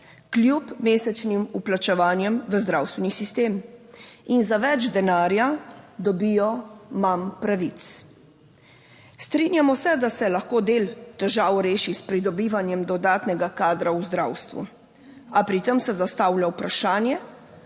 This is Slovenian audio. kljub mesečnim vplačevanjem v zdravstveni sistem in za več denarja dobijo manj pravic. Strinjamo se, da se lahko del težav reši s pridobivanjem dodatnega kadra v zdravstvu, a pri tem se zastavlja vprašanje,